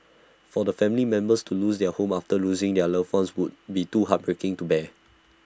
for family members to lose their home after losing their loved ones would be too heartbreaking to bear